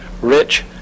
rich